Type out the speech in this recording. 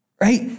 Right